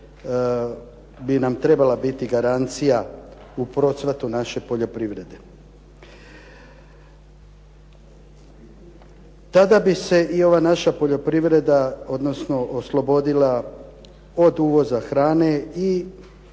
bi nam trebala biti garancija u procvatu naše poljoprivrede. Tada bi se i ova naša poljoprivreda odnosno oslobodila od uvoza hrane i trebalo